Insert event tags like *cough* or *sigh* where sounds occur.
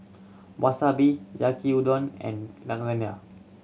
Wasabi Yaki Udon and *unintelligible*